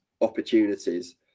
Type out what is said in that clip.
opportunities